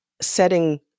setting